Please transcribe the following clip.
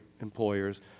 employers